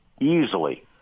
easily